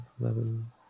eleven